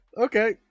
Okay